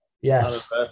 Yes